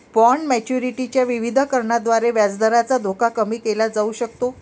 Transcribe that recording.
bond maturity च्या विविधीकरणाद्वारे व्याजदराचा धोका कमी केला जाऊ शकतो